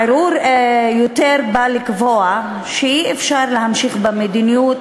הערעור בא יותר לקבוע שאי-אפשר להמשיך במדיניות